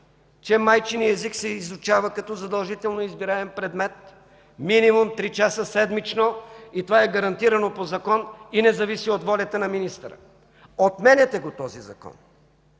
че майчиният език се изучава като задължително избираем предмет минимум 3 часа седмично. Това е гарантирано по закон и не зависи от волята на министъра. Отменяте този закон!